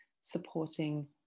supporting